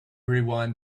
rewind